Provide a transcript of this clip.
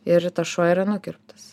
ir tas šuo yra nukirptas